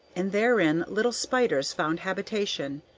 and therein little spiders found habitation,